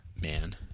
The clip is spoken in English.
Man